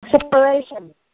Separation